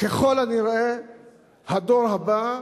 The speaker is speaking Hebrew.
ככל הנראה הדור הבא,